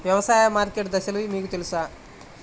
వ్యవసాయ మార్కెటింగ్ దశలు మీకు తెలుసా?